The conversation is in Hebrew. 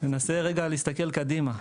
ננסה רגע להסתכל קדימה.